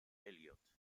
elliott